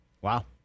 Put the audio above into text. Wow